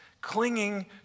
clinging